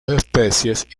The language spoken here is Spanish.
especies